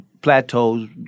plateaus